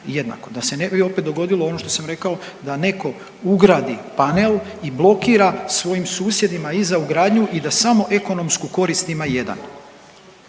jednako. Da se ne bi opet dogodilo ono što sam rekao da neko ugradi panel i blokira svojim susjedima iza ugradnju i da samo ekonomsku korist ima jedan.